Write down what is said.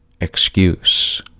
excuse